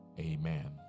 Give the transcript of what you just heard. Amen